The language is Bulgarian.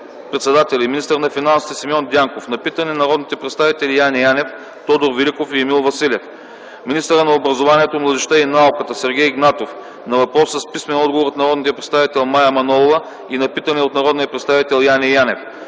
министър на финансите Симеон Дянков – на питане от народните представители Яне Янев, Тодор Великов и Емил Василев; - министърът на образованието, младежта и науката Сергей Игнатов – на въпрос с писмен отговор от народния представител Мая Манолова и на питане от народния представител Яне Янев.